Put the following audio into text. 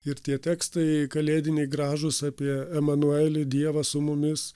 ir tie tekstai kalėdiniai gražūs apie emanuelį dievą su mumis